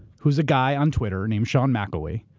who's a guy on twitter named sean mcelwee.